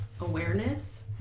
awareness